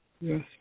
Yes